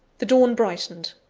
the dawn brightened.